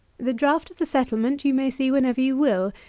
the draught of the settlement you may see whenever you will.